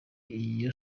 iyo